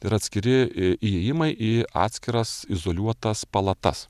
ir atskiri įėjimai į atskiras izoliuotas palatas